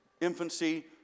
Infancy